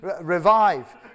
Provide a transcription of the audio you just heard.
revive